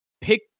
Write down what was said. pick